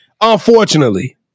unfortunately